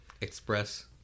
Express